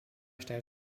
stellt